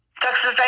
Texas